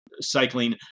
cycling